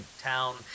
town